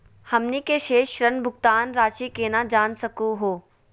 हमनी के शेष ऋण भुगतान रासी केना जान सकू हो?